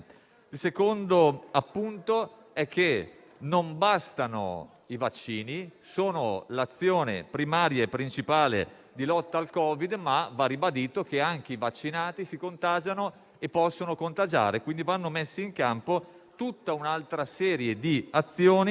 Il secondo appunto è che non bastano i vaccini: sono l'azione primaria e principale di lotta al Covid, ma va ribadito che anche i vaccinati si contagiano e possono contagiare. Quindi va messa in campo tutta un'altra serie di azioni